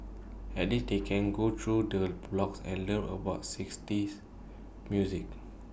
at least they can go through the blogs and learn about sixties music